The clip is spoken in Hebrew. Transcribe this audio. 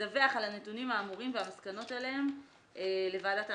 ותדווח על הנתונים האמורים והמסקנות עליהם לוועדת העבודה,